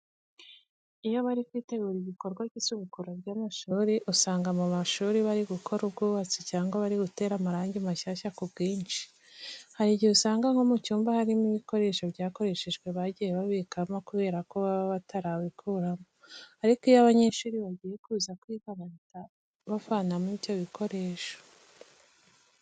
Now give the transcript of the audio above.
Iyo bari kwitegura igikorwa cy'isubukura ry'amashuri usanga mu mashuri bari gukora ubwubatsi cyangwa bari gutera amarangi mashyashya ku bwinshi. Hari igihe usanga nko mu cyumba harimo ibikoresho byakoreshejwe bagiye babikamo kubera ko baba batarabikuramo. Ariko iyo abanyeshuri bagiye kuza kwiga bahita bavanamo ibyo bikoresho.